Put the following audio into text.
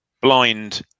blind